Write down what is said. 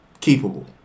keepable